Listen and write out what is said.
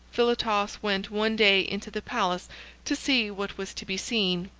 philotas went one day into the palace to see what was to be seen.